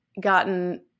gotten